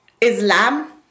Islam